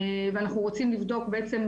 ואנחנו רוצים לבדוק בעצם,